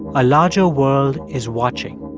a larger world is watching.